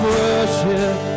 worship